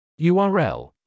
URL